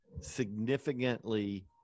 significantly